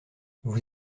vous